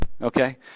Okay